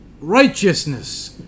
righteousness